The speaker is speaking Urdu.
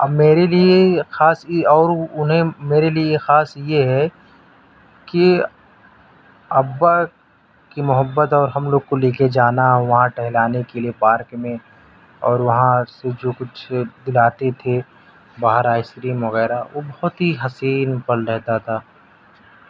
اب میرے لیے خاص اور انہیں میرے لیے خاص یہ ہے کہ ابا کی محبت اور ہم لوگ کو لے کے جانا اور وہاں ٹہلانے کے لیے پارک میں اور وہاں سے جو کچھ دلاتے تھے باہر آئس کریم وغیرہ وہ بہت ہی حسین پل رہتا تھا